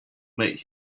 make